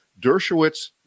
Dershowitz